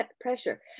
pressure